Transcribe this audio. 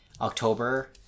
October